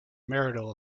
marital